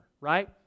right